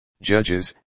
Judges